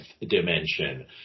dimension